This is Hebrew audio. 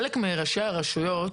חלק מראשי הרשויות,